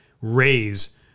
raise